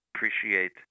appreciate